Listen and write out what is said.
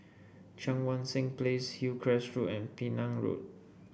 Cheang Wan Seng Place Hillcrest Road and Penang Road